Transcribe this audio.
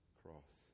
cross